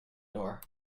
door